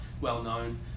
well-known